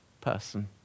person